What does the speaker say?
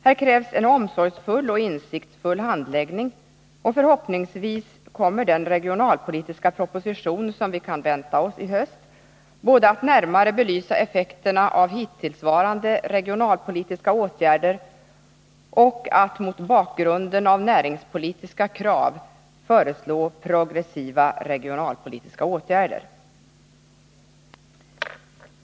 Här krävs en omsorgsfull och insiktsfull handläggning, och förhoppningsvis kommer den regionalpolitiska proposition som vi kan vänta oss i höst både att närmare belysa effekterna av hittillsvarande regionalpolitiska åtgärder och att mot bakgrunden av näringspolitiska krav föreslå progressiva regionalpolitiska åtgärder.